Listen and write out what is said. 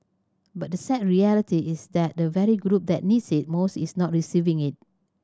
but the sad reality is that the very group that needs it most is not receiving it